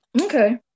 Okay